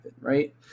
right